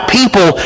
people